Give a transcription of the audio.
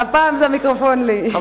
הפעם זה המיקרופון לי.